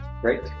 great